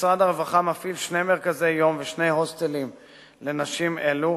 שמשרד הרווחה מפעיל שני מרכזי יום ושני הוסטלים לנשים אלו,